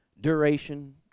duration